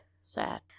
Sad